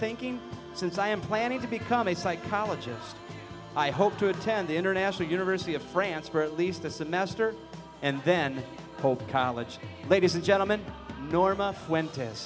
thinking since i am planning to become a psychologist i hope to attend the international university of france for at least the semester and then hope college ladies and gentleman norma wen